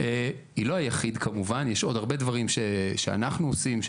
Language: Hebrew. יש עוד הרבה דברים שאנחנו עושים,